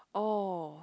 oh